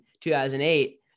2008